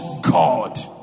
God